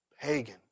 Pagan